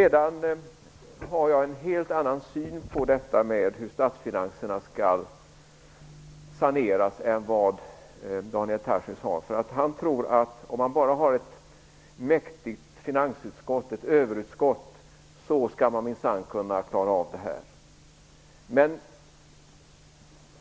Jag har en helt annan syn på frågan om hur statsfinanserna skall saneras än vad Daniel Tarschys har. Han tror att om man bara har ett mäktigt finansutskott, ett överutskott, skall man minsann kunna klara av det här.